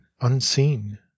unseen